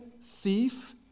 thief